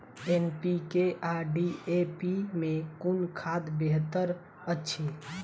NPK आ DAP मे कुन खाद बेहतर अछि?